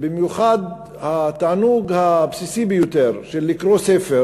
ובמיוחד התענוג הבסיסי ביותר של לקרוא ספר